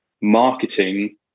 marketing